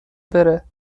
بره